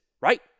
right